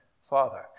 father